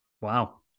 Wow